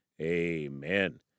amen